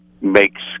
makes